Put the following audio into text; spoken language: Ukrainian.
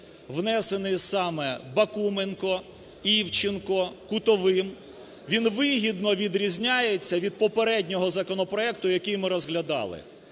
внесений саме Бакуменко, Івченко, Кутовим, він вигідно відрізняється від попереднього законопроекту, який ми розглядали.